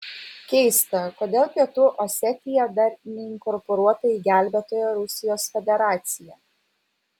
keista kodėl pietų osetija dar neinkorporuota į gelbėtoją rusijos federaciją